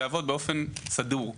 תוך 4 שניות היא מקבלת תשובה.